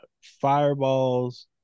Fireballs